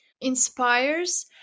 inspires